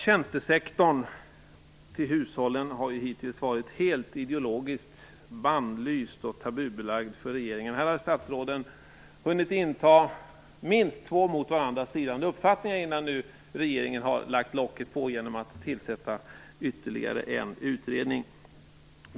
Tjänstesektorn har vad gäller hushållen hittills varit helt ideologiskt bannlyst och tabubelagd för regeringen. Här har statsråden hunnit inta minst två mot varandra stridande uppfattningar innan regeringen lade locket på genom att tillsätta ytterligare en utredning.